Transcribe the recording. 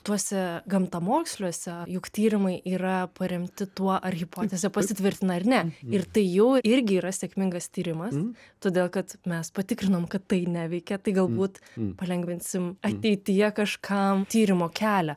tuose gamtamoksliuose juk tyrimui yra paremti tuo ar hipotezė pasitvirtina ar ne ir tai jau irgi yra sėkmingas tyrimas todėl kad mes patikrinom kad tai neveikia tai galbūt palengvinsim ateityje kažkam tyrimo kelią